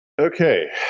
Okay